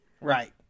right